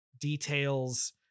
details